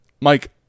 Mike